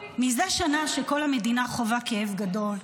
מזה שנה שכל המדינה חווה כאב גדול,